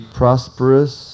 prosperous